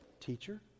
teacher